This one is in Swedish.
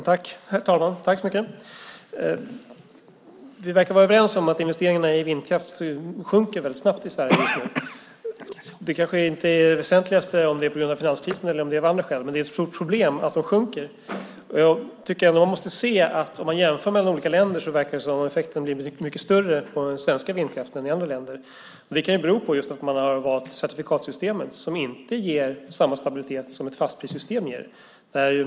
Herr talman! Vi verkar vara överens om att investeringarna i vindkraft sjunker väldigt snabbt i Sverige just nu. Det kanske inte är det väsentligaste om det är på grund av finanskrisen eller om det är av andra skäl, men det är ett stort problem att de sjunker. Om man jämför mellan olika länder verkar det som att effekten har blivit mycket större på den svenska vindkraften än i andra länder. Det kan bero på att man har valt certifikatsystemet som inte ger samma stabilitet som ett fastprissystem ger.